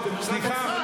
סליחה.